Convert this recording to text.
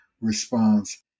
response